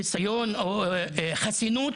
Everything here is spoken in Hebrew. חיסיון או חסינות